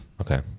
Okay